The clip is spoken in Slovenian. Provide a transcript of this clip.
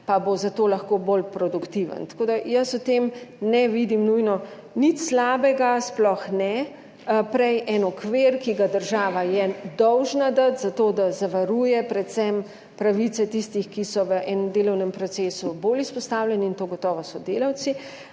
pa bo za to lahko bolj produktiven. Tako da jaz v tem ne vidim nujno nič slabega, sploh ne. Prej en okvir, ki ga država je dolžna dati za to, da zavaruje predvsem pravice tistih, ki so v enem delovnem procesu bolj izpostavljeni in to gotovo so delavci.